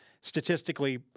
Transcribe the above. statistically